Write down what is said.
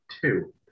two